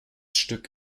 stück